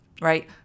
Right